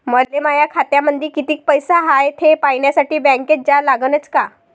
मले माया खात्यामंदी कितीक पैसा हाय थे पायन्यासाठी बँकेत जा लागनच का?